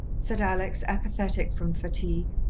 said alex, apathetic from fatigue.